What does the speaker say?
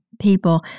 people